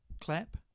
clap